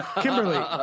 Kimberly